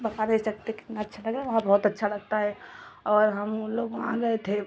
बता नहीं सकते कितना अच्छा लगा वहाँ बहुत अच्छा लगता है और हम लोग वहाँ गए थे